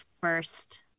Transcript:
first